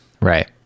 Right